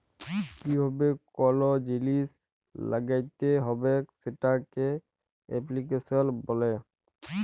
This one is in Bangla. কিভাবে কল জিলিস ল্যাগ্যাইতে হবেক সেটকে এপ্লিক্যাশল ব্যলে